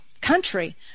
country